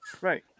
Right